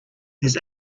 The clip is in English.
his